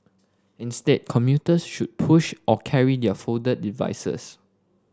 instead commuters should push or carry their folded devices